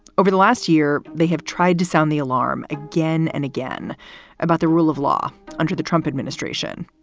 over the last year, they have tried to sound the alarm again and again about the rule of law under the trump administration,